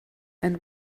and